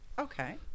Okay